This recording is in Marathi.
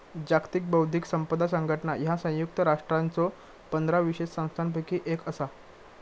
जागतिक बौद्धिक संपदा संघटना ह्या संयुक्त राष्ट्रांच्यो पंधरा विशेष संस्थांपैकी एक असा